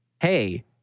hey